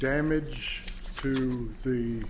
damage to the